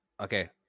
okay